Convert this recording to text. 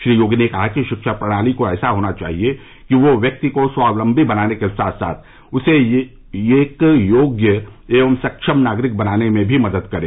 श्री योगी ने कहा रिक्षा प्रणाली को ऐसा होना चाहिए कि वह व्यक्ति को स्वावलम्बी बनाने के साथ साथ उसे एक योग्य एवं सक्षम नागरिक बनाने में भी मदद करे